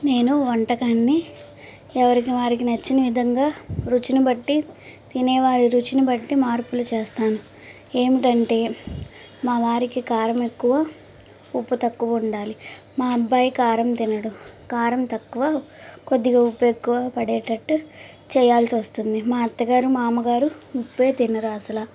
నేను వంటకాన్ని ఎవరికి వారికి నచ్చిన విధంగా రుచిని బట్టి తినేవారు రుచిని బట్టి మార్పులు చేస్తాను ఏమిటంటే మా వారికి కారం ఎక్కువ ఉప్పు తక్కువ ఉండాలి మా అబ్బాయి కారం తినడు కారం తక్కువ కొద్దిగా ఉప్పు ఎక్కువ పడేటట్టు చేయాల్సి వస్తుంది మా అత్తగారు మామగారు ఉప్పు తినరు అసలు